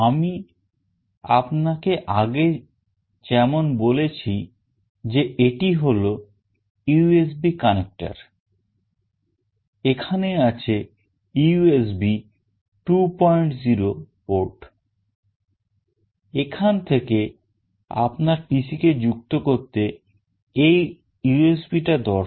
আমি আপনাকে আগে যেমন বলেছি যে এটি হল USB connector এখানে আছে USB 20 port এখান থেকে আপনার PC কে যুক্ত করতে এই USB টা দরকার